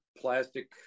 plastic